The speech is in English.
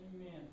amen